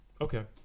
Okay